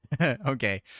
Okay